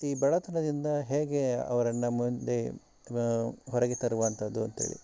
ಈ ಬಡತನದಿಂದ ಹೇಗೆ ಅವ್ರನ್ನು ಮುಂದೆ ಹೊರಗೆ ತರುವಂಥದ್ದು ಅಂಥೇಳಿ